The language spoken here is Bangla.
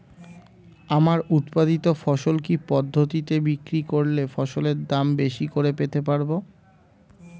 আমার উৎপাদিত ফসল কি পদ্ধতিতে বিক্রি করলে ফসলের দাম বেশি করে পেতে পারবো?